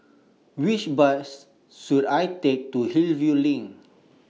Which Bus should I Take to Hillview LINK